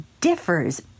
differs